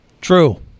True